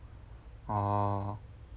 orh